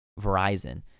Verizon